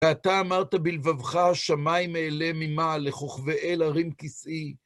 ואתה אמרת בלבבך, שמיים אעלה ממעל, לכוכבי אל ארים כסאי.